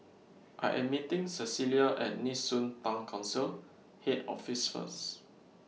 I Am meeting Cecelia At Nee Soon Town Council Head Office First